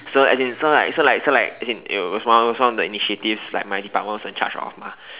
so as in so like so like so like as in it was one of the initiative one of my department was in charge of mah